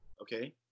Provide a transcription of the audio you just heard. Okay